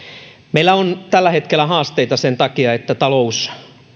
meillä on tällä hetkellä haasteita sen takia että talous